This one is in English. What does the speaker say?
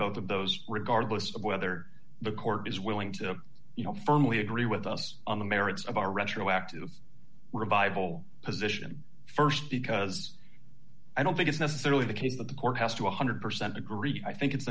both of those regardless of whether the court is willing to you know firmly agree with us on the merits of our retroactive revival position st because i don't think it's necessarily the case that the court has to one hundred percent agree i think it's